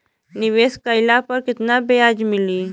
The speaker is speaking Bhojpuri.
निवेश काइला पर कितना ब्याज मिली?